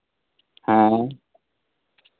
ᱦᱮᱸ